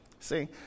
See